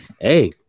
hey